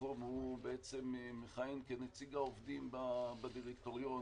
בסלקום הוא מכהן כנציג העובדים בדירקטוריון.